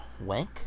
Wank